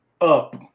up